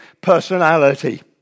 personality